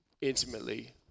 intimately